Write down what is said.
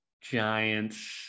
giants